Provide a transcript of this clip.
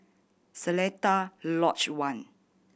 Seletar Lodge One